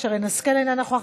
אינו נוכח,